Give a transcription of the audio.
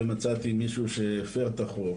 ומצאתי מישהו שהפר את החוק,